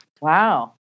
Wow